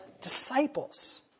disciples